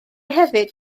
hefyd